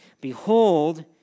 Behold